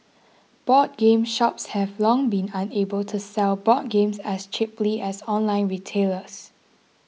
board game shops have long been unable to sell board games as cheaply as online retailers